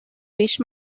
reached